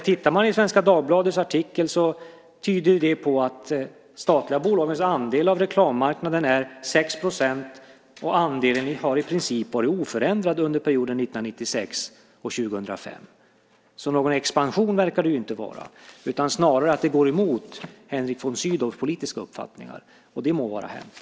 Tittar vi i Svenska Dagbladets artikel ser vi att de statliga bolagens andel av reklammarknaden är 6 % och att denna andel i princip har varit oförändrad under perioden 1996-2005. Någon expansion verkar det alltså inte vara. Snarare handlar det om att detta går emot Henrik von Sydows politiska uppfattningar, och det må vara hänt.